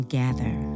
gather